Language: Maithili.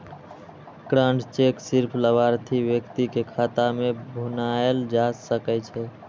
क्रॉस्ड चेक सिर्फ लाभार्थी व्यक्ति के खाता मे भुनाएल जा सकै छै